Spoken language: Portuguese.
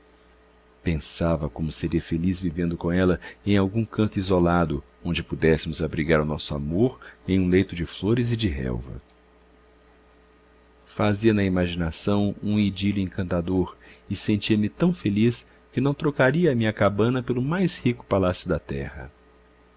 pensava como seria feliz vivendo com ela em algum canto isolado onde pudéssemos abrigar o nosso amor em um leito de flores e de relva fazia na imaginação um idílio encantador e sentia-me tão feliz que não trocaria a minha cabana pelo mais rico palácio da terra